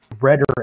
rhetoric